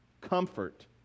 comfort